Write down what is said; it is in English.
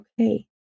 okay